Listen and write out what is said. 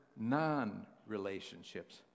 non-relationships